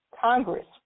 Congress